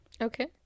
Okay